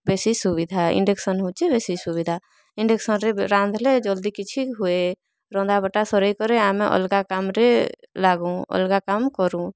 ବେଶୀ ସୁବିଧା ଇଣ୍ଡକ୍ସନ୍ ହେଉଛି ବେଶୀ ସୁବିଧା ଇଣ୍ଡକ୍ସନ୍ରେ ରାନ୍ଧଲେ ଜଲ୍ଦି କିଛି ହୁଏ ରନ୍ଧା ବଟା ସରେଇ କରି ଆମେ ଅଲଗା କାମରେ ଲାଗୁଁ ଅଲଗା କାମ କରୁଁ